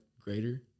greater